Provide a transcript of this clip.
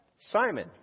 Simon